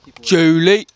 julie